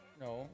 No